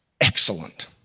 excellent